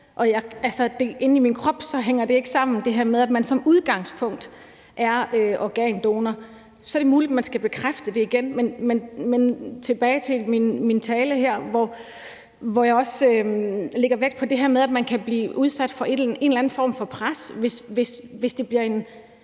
inde i min krop hænger det her med, at man som udgangspunkt er organdonor, ikke sammen. Så er det muligt, at man skal bekræfte det igen. Men hvis jeg vender tilbage til min tale her, lagde jeg også der vægt på det her med, at man kan blive udsat for en eller anden form for pres, hvis det bliver en